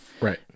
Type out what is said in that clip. right